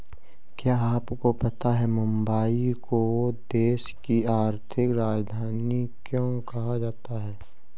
क्या आपको पता है मुंबई को देश की आर्थिक राजधानी क्यों कहा जाता है?